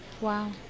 Wow